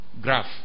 graph